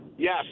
Yes